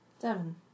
Seven